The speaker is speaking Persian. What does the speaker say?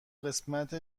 قسمت